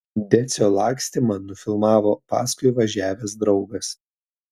decio lakstymą nufilmavo paskui važiavęs draugas